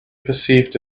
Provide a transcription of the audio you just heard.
perceived